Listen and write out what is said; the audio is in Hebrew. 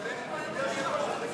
אותנו כבר היו מוציאים בסיטונאות.